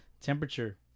temperature